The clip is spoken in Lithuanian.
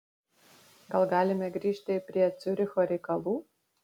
gal galime grįžti prie ciuricho reikalų